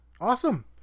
Awesome